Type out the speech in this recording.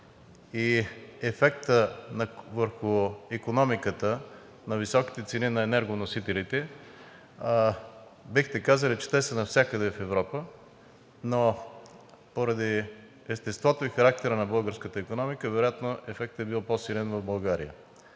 и ефекта върху икономиката на високите цени на енергоносителите, бихте казали, че те са навсякъде в Европа, но поради естеството и характера на българската икономика вероятно ефектът е бил силен в България.